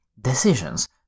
decisions